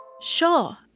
Sure